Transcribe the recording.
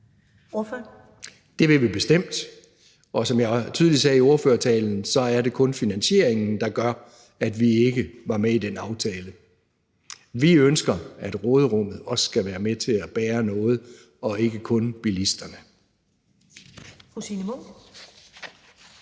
Det vil vi bestemt, og som jeg tydeligt sagde i ordførertalen, er det kun finansieringen, der gør, at vi ikke var med i den aftale. Vi ønsker, at råderummet også skal være med til at bære noget og ikke kun bilisterne.